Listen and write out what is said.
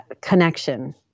connection